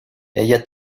ella